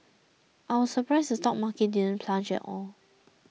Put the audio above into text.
I was surprised the stock market didn't plunge at all